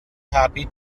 happy